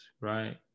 right